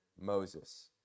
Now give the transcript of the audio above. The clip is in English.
Moses